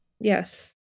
Yes